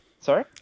Sorry